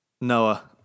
Noah